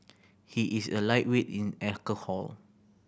he is a lightweight in alcohol